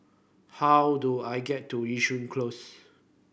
how do I get to Yishun Close